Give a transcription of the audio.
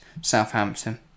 Southampton